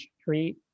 street